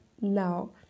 Now